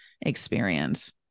experience